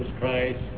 Christ